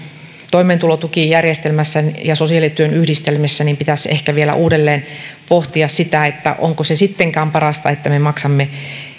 toimeentulotukijärjestelmän ja sosiaalityön yhdistelmässä pitäisi ehkä vielä uudellaan pohtia sitä onko se sittenkään parasta että me maksamme